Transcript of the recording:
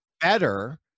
better